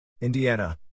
Indiana